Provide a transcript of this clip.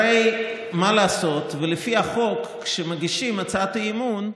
הרי מה לעשות, לפי החוק, כשמגישים הצעת אי-אמון,